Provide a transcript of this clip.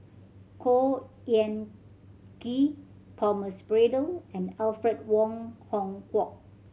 Khor Ean Ghee Thomas Braddell and Alfred Wong Hong Kwok